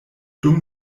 dum